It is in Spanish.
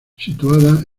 situada